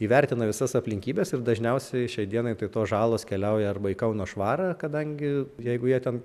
įvertina visas aplinkybes ir dažniausiai šiai dienai tai tos žalos keliauja arba į kauno švarą kadangi jeigu jie ten